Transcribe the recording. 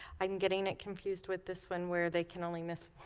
i'm getting it confused with this one where they can only miss